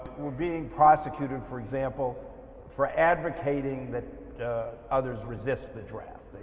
were being prosecuted for example for advocating that others resist the draft.